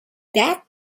that